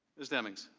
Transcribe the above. ms. demings.